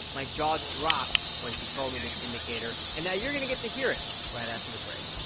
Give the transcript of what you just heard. my jaw dropped when she told me this indicator. and now you're going to get to hear it right after the break